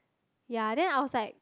ya and then I was like